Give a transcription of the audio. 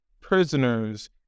prisoners